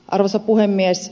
arvoisa puhemies